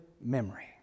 memory